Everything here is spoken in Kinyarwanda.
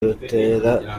rutera